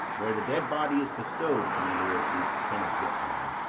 where the dead body is bestow'd, my lord, we cannot get from him.